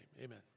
Amen